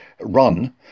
run